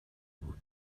بود